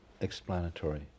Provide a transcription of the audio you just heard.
explanatory